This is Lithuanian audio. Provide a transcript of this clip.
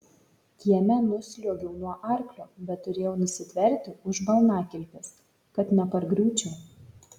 kieme nusliuogiau nuo arklio bet turėjau nusitverti už balnakilpės kad nepargriūčiau